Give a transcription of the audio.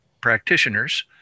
practitioners